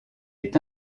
est